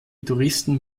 touristen